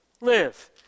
live